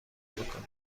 میکنن